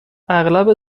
اغلب